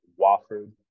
Wofford